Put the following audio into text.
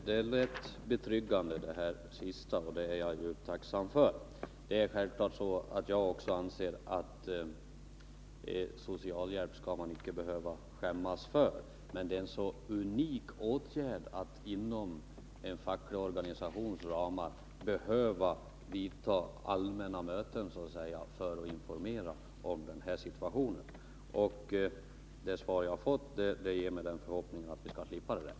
Herr talman! Det sista som sades lät betryggande, och jag är tacksam för — Meddelande om det. Självfallet anser också jag att man inte skall behöva skämmas för fråga socialhjälp. Det är dock en unik åtgärd att inom en facklig organisations ramar behöva anordna allmänna möten för att informera om situationen i detta avseende. Det svar jag har fått ger mig den förhoppningen att vi skall slippa detta.